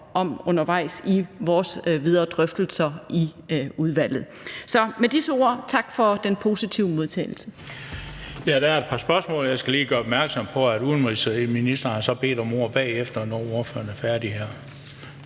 om undervejs i vores videre drøftelser i udvalget. Så med disse ord tak for den positive modtagelse.